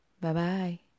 bye-bye